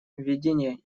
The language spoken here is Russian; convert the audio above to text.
видение